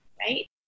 right